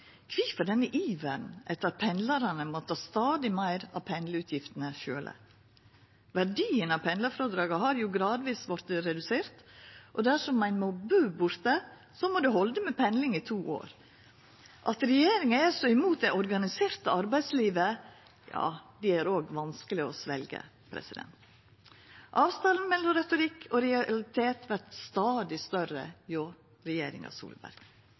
Kvifor denne iveren etter at pendlarane må ta stadig meir av pendlarutgiftene sjølve? Verdien av pendlarfrådraget har gradvis vorte redusert, og dersom ein må bu borte, må det halda med pendling i to år. At regjeringa er så imot det organiserte arbeidslivet, er òg vanskeleg å svelgja. Avstanden mellom retorikk og realitet vert stadig større hjå regjeringa Solberg.